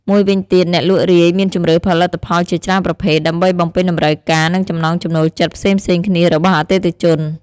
មួយវិញទៀត អ្នកលក់រាយមានជម្រើសផលិតផលជាច្រើនប្រភេទ ដើម្បីបំពេញតម្រូវការ និងចំណង់ចំណូលចិត្តផ្សេងៗគ្នារបស់អតិថិជន។